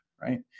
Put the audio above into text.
right